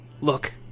Look